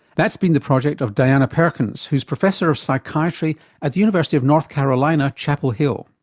that's been the project of diana perkins, who's professor of psychiatry at the university of north carolina, chapel hill.